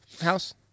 house